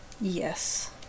Yes